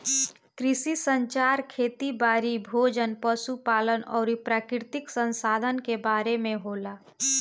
कृषि संचार खेती बारी, भोजन, पशु पालन अउरी प्राकृतिक संसधान के बारे में होला